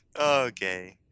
okay